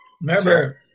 Remember